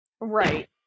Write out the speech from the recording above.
Right